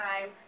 time